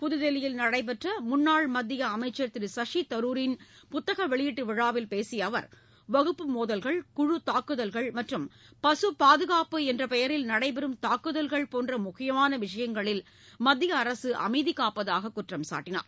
புதுதில்லியில் நடைபெற்ற முன்னாள் மத்திய அமைச்சர் திரு சசிதரூரின் புத்தக வெளியீட்டு விழாவில் பேசிய அவர் வகுப்பு மோதல்கள் குழு தாக்குதல்கள் மற்றம் பசுப் பாதுகாப்பு என்ற பெயரில் நடைபெறும் தாக்குதல்கள் போன்ற முக்கியமான விஷயங்களில் மத்திய அரசு அமைதி காப்பதாகவும் குற்றம் சாட்டினார்